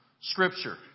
scripture